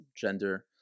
gender